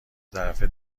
طرفه